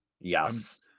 yes